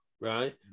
Right